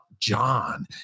John